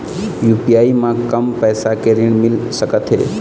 UPI म कम पैसा के ऋण मिल सकथे?